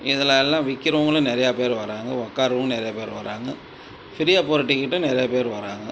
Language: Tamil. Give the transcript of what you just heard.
இதுலயெல்லாம் விற்கிறவங்களும் நிறையா பேர் வராங்க உட்காரவும் நிறையா பேர் வராங்க ஃப்ரீயாக போகிற டிக்கெட்டும் நிறையா பேர் வராங்க